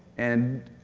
and